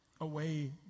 away